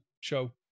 show